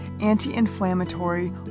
anti-inflammatory